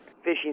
fishing